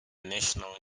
national